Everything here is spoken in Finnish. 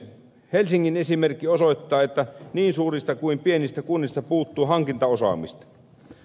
helsingin esimerkki osoittaa että niin suurista kuin pienistä kunnista puuttuu hankintaosaamista